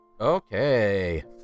Okay